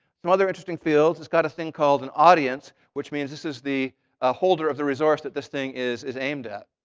some other interesting fields. it's got this thing called an audience, which means this is the ah holder of the resource that this thing is is aimed at.